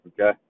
Okay